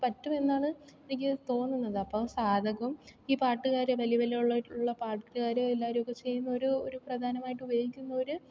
പറ്റുമെന്നാണ് എനിക്ക് തോന്നുന്നത് അപ്പോൾ സാധകവും ഈ പാട്ടുകാര് വലിയ വലിയ ഉള്ളവരായിട്ടുള്ള പാട്ടുകാര് എല്ലാവരുമൊക്കെ ചെയ്യുന്ന ഒരു ഒരു പ്രധാനമായിട്ട് ഉപയോഗിക്കുന്ന ഒരു